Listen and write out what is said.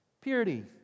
Purity